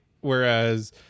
Whereas